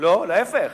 לא, להיפך,